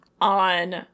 on